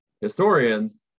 historians